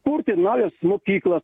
kurti naujas mokyklas